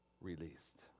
released